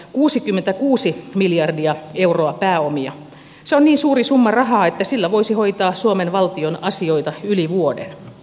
kuusikymmentäkuusi miljardia euroa pääomia otsonin suuri summa rahaa ja sillä voisi hoitaa suomen valtion asioita yli vuoden